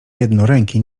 jednoręki